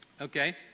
Okay